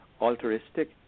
altruistic